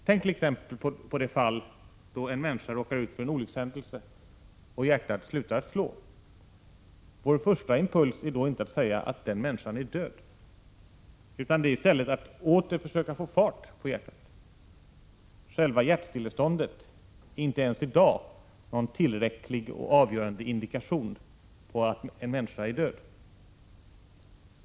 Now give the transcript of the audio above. Tänk t.ex. på det fall då en människa råkar ut för en olyckshändelse och hjärtat slutar att slå. Vår första impuls är då inte att säga att den människan är död, utan det är i stället att åter försöka få fart på hjärtat. Själva hjärtstilleståndet är inte ens i dag någon tillräcklig och avgörande indikation på att en människa är död.